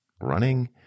running